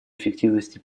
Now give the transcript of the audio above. эффективности